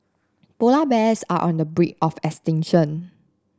polar bears are on the brink of extinction